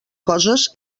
coses